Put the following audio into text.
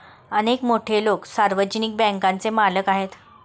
अनेक मोठे लोकं सार्वजनिक बँकांचे मालक आहेत